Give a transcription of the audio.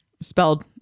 Spelled